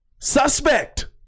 Suspect